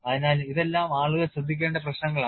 അതിനാൽ ഇതെല്ലാം ആളുകൾ ശ്രദ്ധിക്കേണ്ട പ്രശ്നങ്ങളാണ്